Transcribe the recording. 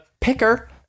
Picker